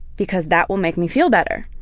because that will make me feel better.